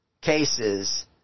cases